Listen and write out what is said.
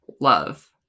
love